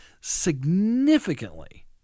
significantly